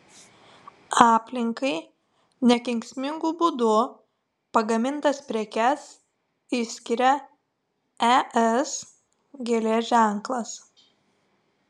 aplinkai nekenksmingu būdu pagamintas prekes išskiria es gėlės ženklas